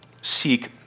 seek